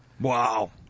Wow